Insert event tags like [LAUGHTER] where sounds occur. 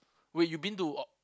wait you been to [NOISE]